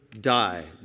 Die